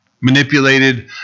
Manipulated